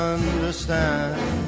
Understand